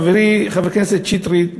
חברי חבר הכנסת שטרית,